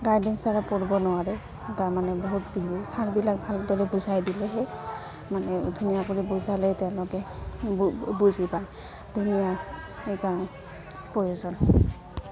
guidance চাৰা পঢ়ব নোৱাৰে তাৰ মানে বহুত বিপদ ছাৰবিলাক ভালদৰে বুজাই দিলেহে মানে ধুনীয়া কৰি বুজালে তেওঁলোকে বুজি পায় ধুনীয়া সেইকাৰণে প্ৰয়োজন